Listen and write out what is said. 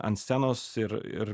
ant scenos ir ir